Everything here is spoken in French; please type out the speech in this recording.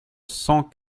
cent